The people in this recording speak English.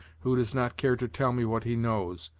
who does not care to tell me what he knows,